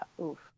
oof